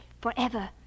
forever